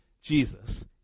Jesus